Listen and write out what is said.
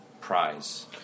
prize